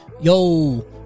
Yo